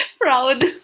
proud